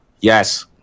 Yes